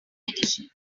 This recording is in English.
edition